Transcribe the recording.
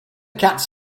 cats